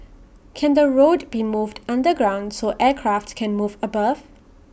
can the road be moved underground so aircraft can move above